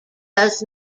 does